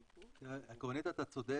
עקרונית אתה צודק,